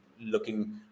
looking